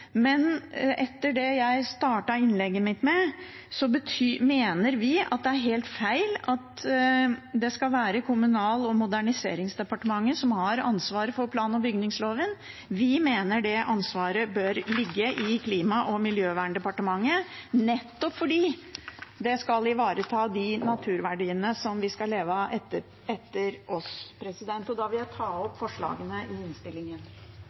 men etter det jeg startet innlegget mitt med, mener vi det er helt feil at det skal være Kommunal- og moderniseringsdepartementet som har ansvaret for plan- og bygningsloven. Vi mener det ansvaret bør ligge i Klima- og miljødepartementet, nettopp fordi det skal ivareta de naturverdiene som en skal leve av etter oss. Da vil jeg ta opp forslagene fra SV i innstillingen.